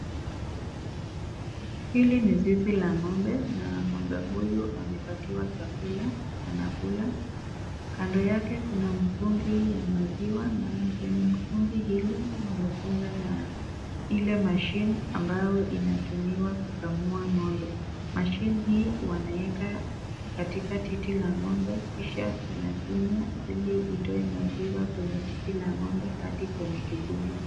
Hili ni zizi la ng'ombe na ng'ombe huyu amepatiwa chakula anakula kando yake kuna mtungi ya maziwa na kwenye mtungi hili wamefunga na ile mashine ambayo inatumiwa kukamua ng'ombe. Mashine hii wanaweka katika titi la ng'ombe kisha inafinywa ili itoe maziwa kwenye titi la ng'ombe hadi kwenye kibuyu.